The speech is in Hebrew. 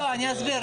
אסביר,